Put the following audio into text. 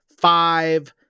five